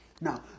Now